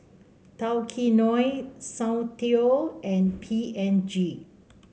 Tao Kae Noi Soundteoh and P and G